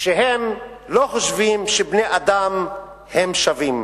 שהם לא חושבים שבני-אדם הם שווים,